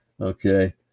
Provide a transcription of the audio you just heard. Okay